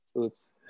Oops